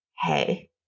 Hey